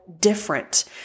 different